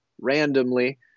randomly